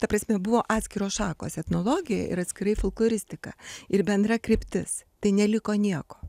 ta prasme buvo atskiros šakos etnologija ir atskirai folkloristika ir bendra kryptis tai neliko nieko